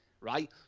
right